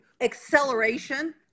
acceleration